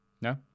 No